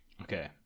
Okay